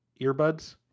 Earbuds